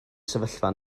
sefyllfa